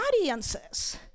audiences